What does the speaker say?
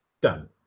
done